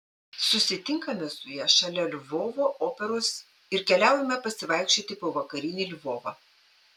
susitinkame su ja šalia lvovo operos ir keliaujame pasivaikščioti po vakarinį lvovą